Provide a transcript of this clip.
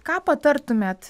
ką patartumėt